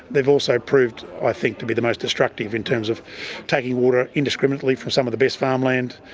they have also proved i think to be the most destructive in terms of taking water indiscriminately from some of the best farmland,